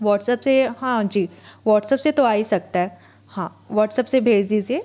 WhatsApp से हाँ जी वॉट्सअप से तो आ ही सकता है हाँ वॉट्सअप से भेज दीजिए